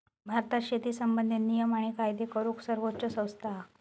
भारतात शेती संबंधित नियम आणि कायदे करूक सर्वोच्च संस्था हा